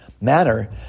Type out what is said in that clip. manner